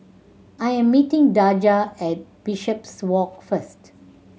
I am meeting Daja at Bishopswalk first